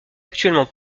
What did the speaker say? actuellement